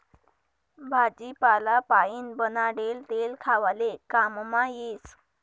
भाजीपाला पाइन बनाडेल तेल खावाले काममा येस